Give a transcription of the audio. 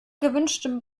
gewünschtem